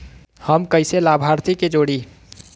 हम कइसे लाभार्थी के जोड़ी?